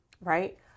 right